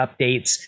updates